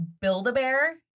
Build-A-Bear